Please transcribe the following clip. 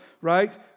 Right